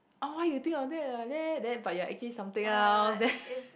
oh why you think of that like that but you're actually something else